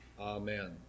Amen